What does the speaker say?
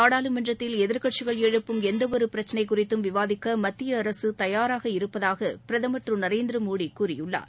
நாடாளுமன்றத்தில் எதிர்க்கட்சிகள் எழுப்பும் எந்தவொரு பிரச்சினை குறித்து விவாதிக்க மத்திய அரசு தயாராக இருப்பதாக பிரதமர் திரு நரேந்திர மோடி கூறியுள்ளார்